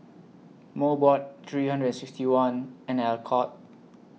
Mobot three hundred and sixty one and Alcott